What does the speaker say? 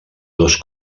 dos